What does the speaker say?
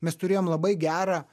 mes turėjom labai gerą